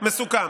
מסוכם.